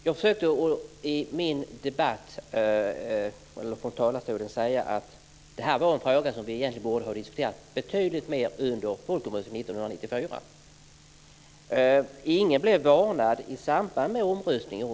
Jag försökte i mitt anförande säga att detta är en fråga som vi egentligen borde ha diskuterat betydligt mer under folkomröstningen 1994. Ingen blev varnad för detta i samband med omröstningen.